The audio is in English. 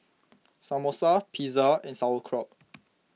Samosa Pizza and Sauerkraut